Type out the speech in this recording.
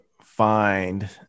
find